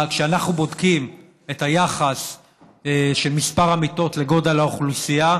כשאנחנו בודקים את היחס בין מספר המיטות לגודל האוכלוסייה,